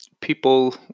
people